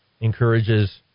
encourages